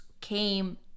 came